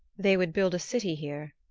they would build a city here.